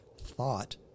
thought